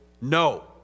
no